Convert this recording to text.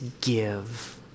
give